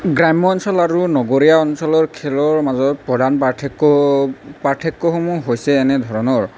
গ্ৰাম্য অঞ্চল আৰু নগৰীয়া অঞ্চলৰ খেলৰ মাজত প্ৰধান পাৰ্থক্য পাৰ্থক্যসমূহ হৈছে এনে ধৰণৰ